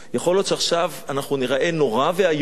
יכול להיות שעכשיו אנחנו ניראה נורא ואיום,